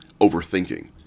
overthinking